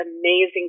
amazing